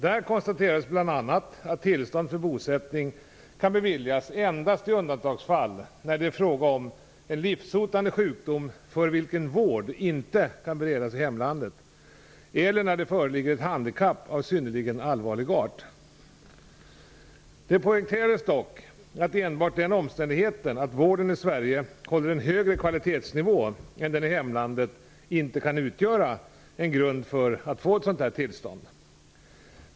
Där konstaterades bl.a. att tillstånd för bosättning kan beviljas endast i undantagsfall när det är fråga om en livshotande sjukdom för vilken vård inte kan beredas i hemlandet eller när det föreligger ett handikapp av synnerligen allvarlig art. Det poängterades dock att enbart den omständigheten att vården i Sverige håller en högre kvalitetsnivå än den i hemlandet inte kan utgöra grund för tillstånd.